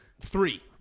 Three